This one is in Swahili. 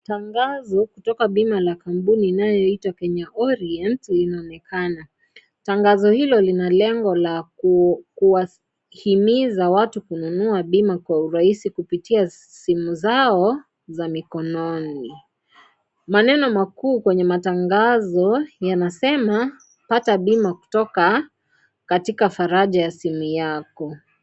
Tangazo kutoka bima la kampuni ya Kenya Orient inaonekana . Tangazo hilo lina lengo la kuwahimiza watu kununua bima kwa urahisi kupitia simu zao za mikononi . Maneno makuu kwenye matangazo yanasema ," Pata bima kutoka katika faraja ya simu yako ."